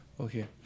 okay